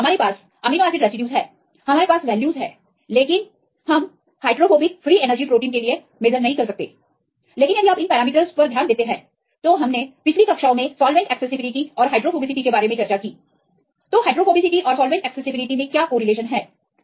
तो अब अगर हमारे पास यह अमीनो एसिड रेसिड्यूज हैं तो हमारे पास वैल्यूज हैं लेकिन प्रोटीन के लिए हम सीधे हाइड्रोफोबिक फ्री एनर्जी को माप नहीं सकते हैं लेकिन यदि आप इन पैरामीटर्स पर गौर करते हैं तो हमने पिछली कक्षाओं में सॉल्वेंट एक्सेसिबिलिटी और हाइड्रोफोबिसिटी के बारे में चर्चा की थी सहसंबंध क्या है